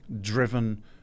driven